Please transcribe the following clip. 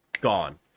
gone